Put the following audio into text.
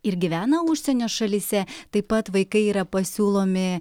ir gyvena užsienio šalyse taip pat vaikai yra pasiūlomi